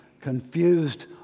confused